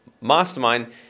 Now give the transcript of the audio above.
mastermind